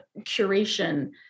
curation